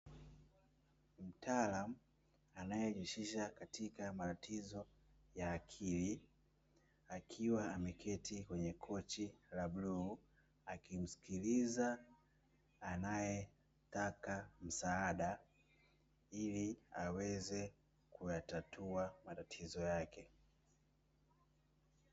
Mtaalamu anejihusisha katika matatizo ya akili akiwa ameketi kwenye kochi la bluu, akimsikiliza anaemtaka msaada ili aweze kuyatatua matatizo yake.